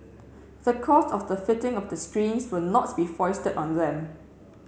the cost of the fitting of the screens will not be foisted on them